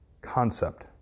concept